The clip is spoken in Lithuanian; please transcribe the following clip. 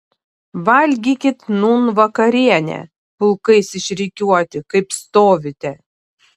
valgykit nūn vakarienę pulkais išrikiuoti kaip stovite